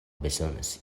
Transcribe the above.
bezonas